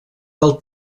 del